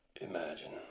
Imagine